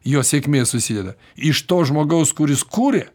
jo sėkmė susideda iš to žmogaus kuris kūrė